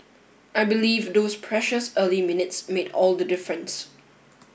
I believe those precious early minutes made all the difference